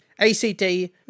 ACD